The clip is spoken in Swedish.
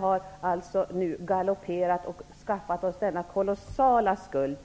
Utvecklingen har galopperat, och skaffat oss denna kolossala skuld.